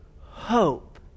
hope